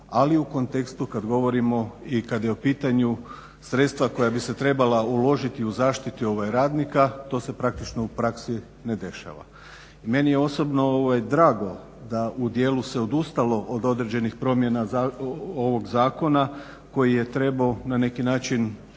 Ali u kontekstu kad govorimo i kad je u pitanju sredstva koja bi se trebala uložiti u zaštitu radnika to se praktično u praksi ne dešava. I meni je osobno drago da u dijelu se odustalo od određenih promjena ovog Zakona koji je trebao na neki način i